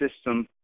system